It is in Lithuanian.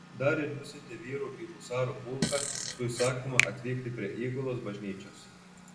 dar ir nusiuntė vyrų į husarų pulką su įsakymu atvykti prie įgulos bažnyčios